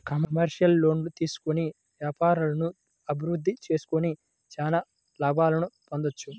commercial లోన్లు తీసుకొని వ్యాపారాలను అభిరుద్ధి చేసుకొని చానా లాభాలను పొందొచ్చు